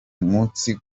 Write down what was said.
munsi